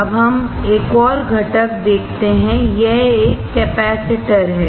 अब हम एक और घटक देखते हैं यह एक कैपेसिटर है